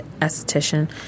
esthetician